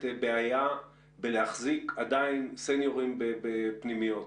בעיה בלהחזיק עדיין סניורים בפנימיות.